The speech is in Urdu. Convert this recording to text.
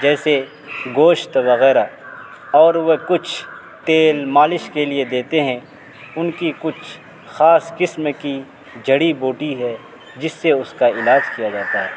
جیسے گوشت وغیرہ اور وہ کچھ تیل مالش کے لیے دیتے ہیں ان کی کچھ خاص قسم کی جڑی بوٹی ہے جس سے اس کا علاج کیا جاتا ہے